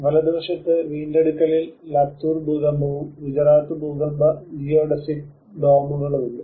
വലതുവശത്ത് വീണ്ടെടുക്കലിൽ ലത്തൂർ ഭൂകമ്പവും ഗുജറാത്ത് ഭൂകമ്പ ജിയോഡെസിക് ഡോമകളുമുണ്ട്